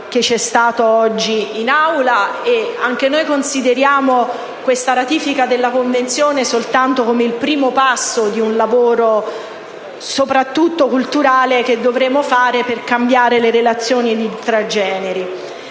che si è svolto oggi in Aula e anch'io considero la ratifica della Convenzione soltanto come il primo passo di un lavoro, soprattutto culturale, che dovremo fare per cambiare le relazioni tra generi.